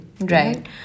Right